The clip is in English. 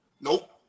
Nope